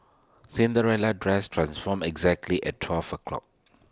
Cinderella's dress transformed exactly at twelve o'clock